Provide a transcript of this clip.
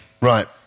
right